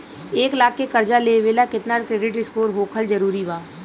एक लाख के कर्जा लेवेला केतना क्रेडिट स्कोर होखल् जरूरी बा?